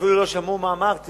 אפילו לא שמעו מה אמרתי